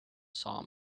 saw